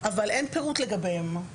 אבל אין פירוט לגביהם.